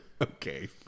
Okay